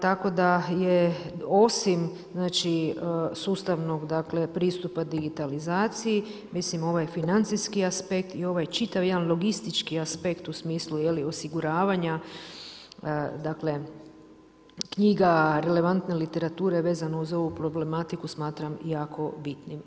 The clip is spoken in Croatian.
Tako da je osim, znači, sustavnog pristupa digitalizaciji, mislim ovo je financijski aspekt i ovo je čitav jedan logistički aspekt, u smislu osiguravanja dakle, knjiga, relevantne literature vezano uz ovu problematiku smatram jako bitnim.